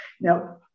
Now